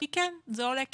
כי כן, זה עולה כסף.